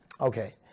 okay